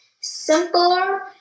simpler